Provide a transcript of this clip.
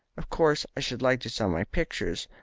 of course i should like to sell my pictures.